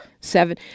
seven